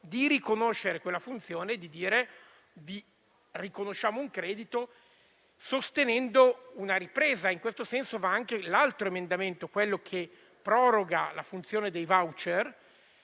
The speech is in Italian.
di riconoscere quella funzione e di riconoscere un credito, sostenendo una ripresa. In questo senso va anche un altro emendamento che proroga la funzione dei *voucher*;